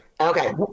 Okay